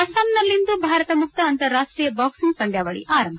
ಅಸ್ಸಾಂನಲ್ಲಿಂದು ಭಾರತ ಮುಕ್ತ ಅಂತಾರಾಷ್ಟೀಯ ಬಾಕ್ಸಿಂಗ್ ಪಂದ್ಯಾವಳಿ ಆರಂಭ